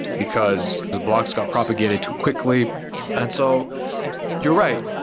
because the blocks got propagated too quickly and so you're right,